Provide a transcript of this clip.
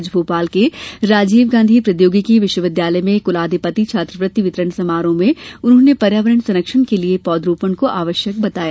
आज भोपाल के राजीव गांधी प्रौद्योगिकी विश्वविद्यालय में कुलाधिपति छात्रवृत्ति वितरण समारोह में उन्होंने पर्यावरण संरक्षण के लिए पौधरोपण को आवश्यक बताया